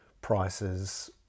prices